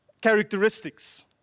characteristics